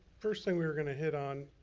first thing we were gonna hit on.